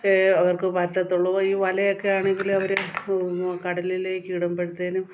അവർക്ക് പറ്റത്തുള്ളൂ അപ്പോൾ ഈ വലയൊക്കെയാണെങ്കിൽ അവർ കടലിലേക്ക് ഇടുമ്പോഴത്തേനും